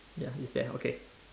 ya it's there okay